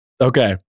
Okay